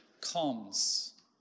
comes